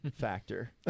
factor